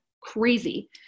crazy